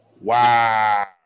Wow